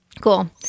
Cool